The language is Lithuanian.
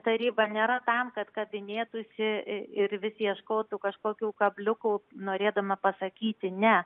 taryba nėra tam kad kabinėtųsi ir vis ieškotų kažkokių kabliukų norėdama pasakyti ne